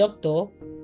doctor